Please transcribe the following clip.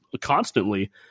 constantly